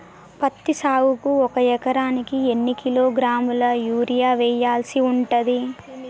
పత్తి సాగుకు ఒక ఎకరానికి ఎన్ని కిలోగ్రాముల యూరియా వెయ్యాల్సి ఉంటది?